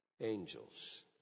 angels